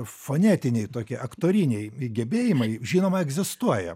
fonetiniai tokie aktoriniai gebėjimai žinoma egzistuoja